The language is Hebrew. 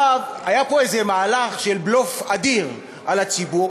היה פה איזה מהלך של בלוף אדיר על הציבור.